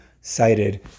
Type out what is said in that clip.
cited